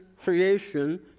creation